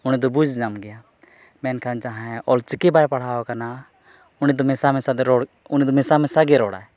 ᱚᱸᱰᱮ ᱫᱚ ᱵᱩᱡᱽ ᱧᱟᱢ ᱜᱮᱭᱟ ᱢᱮᱱᱠᱷᱟᱱ ᱡᱟᱦᱟᱭ ᱚᱞᱪᱤᱠᱤ ᱵᱟᱭ ᱯᱟᱲᱦᱟᱣ ᱠᱟᱱᱟ ᱩᱱᱤ ᱫᱚ ᱢᱮᱥᱟ ᱢᱮᱥᱟᱛᱮ ᱨᱚᱲ ᱩᱱᱤ ᱫᱚ ᱢᱮᱥᱟ ᱢᱮᱥᱟᱜᱮᱭ ᱨᱚᱲᱟ